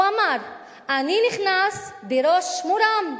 הוא אמר: אני נכנס בראש מורם.